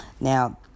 Now